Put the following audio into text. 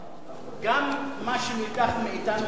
גם מה שנלקח מאתנו הוא שלנו.